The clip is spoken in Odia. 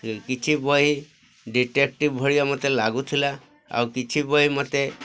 କିଛି ବହି ଡିଟେକ୍ଟିଭ୍ ଭଳିଆ ମୋତେ ଲାଗୁଥିଲା ଆଉ କିଛି ବହି ମୋତେ